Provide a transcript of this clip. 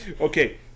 Okay